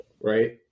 Right